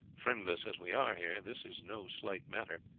friendless as we are here, this is no slight matter,